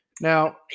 Now